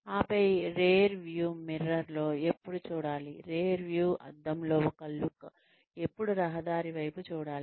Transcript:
ఆపై rear view మిర్రర్లో ఎప్పుడు చూడాలి రేర్ వ్యూ అద్దంలో ఒక లుక్ ఎప్పుడు రహదారి వైపు చూడాలి